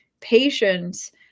patience